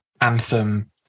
anthem